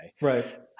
Right